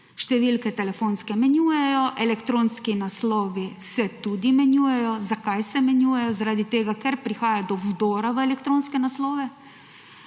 številke menjujejo, elektronski naslovi se tudi menjujejo. Zakaj se menjujejo? Zaradi tega, ker prihaja do vdora v elektronske naslove